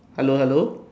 hello hello